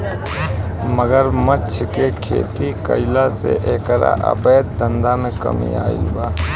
मगरमच्छ के खेती कईला से एकरा अवैध धंधा में कमी आईल बा